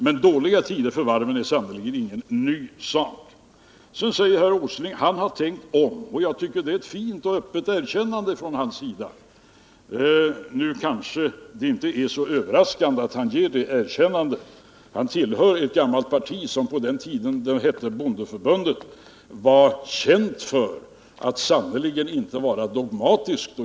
Men dåliga tider för varven är sannerligen ingen ny företeelse. Herr Åsling säger att han har tänkt om. Jag tycker att det är ett fint och öppet erkännande från hans sida. Det kanske inte är så överraskande att han gör det erkännandet — han tillhör ett gammalt parti, som på den tiden då det hette bondeförbundet var känt för att sannerligen inte vara dogmatiskt.